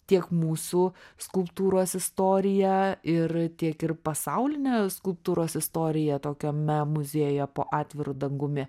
tiek mūsų skulptūros istoriją ir tiek ir pasaulinę skulptūros istoriją tokiame muziejuje po atviru dangumi